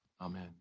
Amen